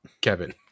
Kevin